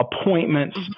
appointments